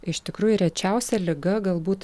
iš tikrųjų rečiausia liga galbūt